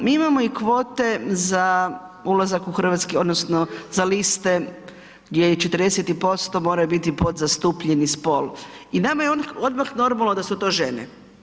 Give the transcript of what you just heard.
Mi imamo i kvote za ulazak u hrvatski odnosno za liste gdje i 40 i posto moraju biti podzastupljeni spol i nama je odmah normalno da su to žene.